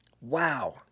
Wow